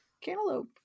cantaloupe